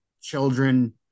children